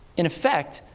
in effect,